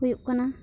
ᱦᱩᱭᱩᱜ ᱠᱟᱱᱟ